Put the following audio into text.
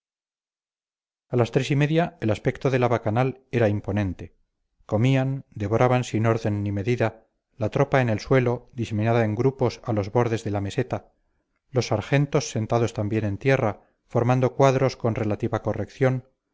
a las tres y media el aspecto de la bacanal era imponente comían devoraban sin orden ni medida la tropa en el suelo diseminada en grupos a los bordes de la meseta los sargentos sentados también en tierra formando cuadros con relativa corrección